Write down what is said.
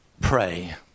pray